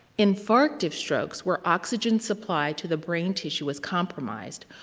infarctive strokes, where oxygen supply to the brain tissue was comprised,